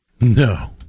No